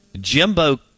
Jimbo